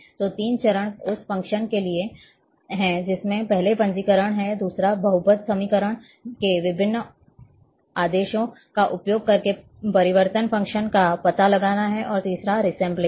तो तीन चरण उस फंक्शन के हैं जिसमें पहले पंजीकरण है दूसरा बहुपद समीकरणों के विभिन्न आदेशों का उपयोग करके परिवर्तन फ़ंक्शन का पता लगाना है और तीसरा रीसेंबलिंग है